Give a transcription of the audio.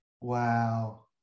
wow